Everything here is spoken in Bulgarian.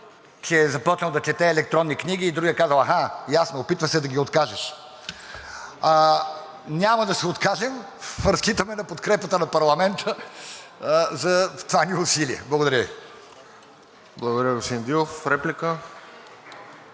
че е започнал да чете електронни книги и другият казал: „Аха, ясно, опитваш се да ги откажеш.“ Няма да се откажем, разчитаме на подкрепата на парламента за това ни усилие. Благодаря Ви. ПРЕДСЕДАТЕЛ РОСЕН